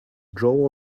grow